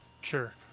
Sure